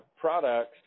products